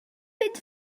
mynd